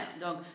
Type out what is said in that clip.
Donc